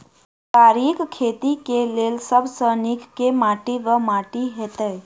तरकारीक खेती केँ लेल सब सऽ नीक केँ माटि वा माटि हेतै?